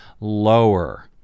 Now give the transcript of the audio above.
lower